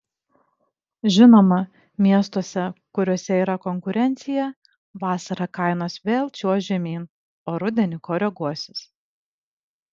žinoma miestuose kuriuose yra konkurencija vasarą kainos vėl čiuoš žemyn o rudenį koreguosis